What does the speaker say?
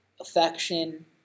affection